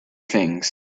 things